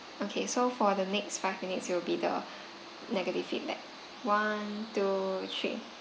okay so for the next five minutes it'll be the negative feedback one two three